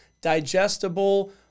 digestible